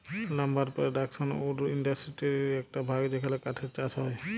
lumber production wood ইন্ডাসটিরির একট ভাগ যেখালে কাঠের চাষ হয়